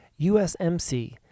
USMC